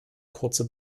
kurze